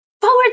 Forward